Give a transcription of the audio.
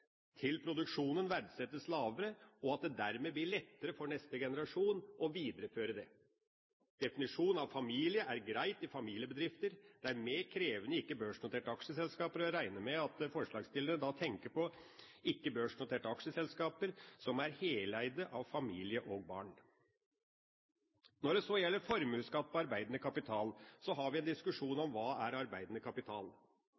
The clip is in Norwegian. til produksjonen verdsettes lavere, og at det dermed blir lettere for neste generasjon å videreføre det. Definisjon av familie er greit i familiebedrifter. Det er mer krevende i ikke-børsnoterte aksjeselskaper, og jeg regner med at forslagsstillerne da tenker på ikke-børsnoterte aksjeselskaper som er heleide av familie og barn. Når det så gjelder formuesskatt på arbeidende kapital, har vi en diskusjon